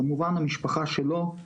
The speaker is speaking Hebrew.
כמובן, המשפחה שלו,